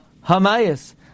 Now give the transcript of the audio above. ha'mayas